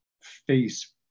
face